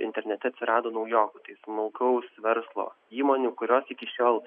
internete atsirado naujokų tai smulkaus verslo įmonių kurios iki šiol